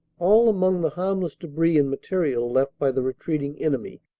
all among the harmless debris and material left by the retreating enemy.